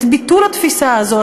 את ביטול התפיסה הזאת,